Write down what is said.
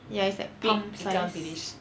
ya it's like palm size